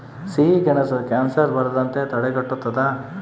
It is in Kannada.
ಸಿಹಿಗೆಣಸು ಕ್ಯಾನ್ಸರ್ ಬರದಂತೆ ತಡೆಗಟ್ಟುತದ